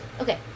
Okay